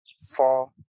four